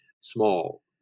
small